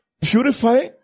Purify